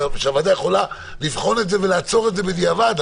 שהוועדה יכולה לבחון את זה ולעצור את זה בדיעבד,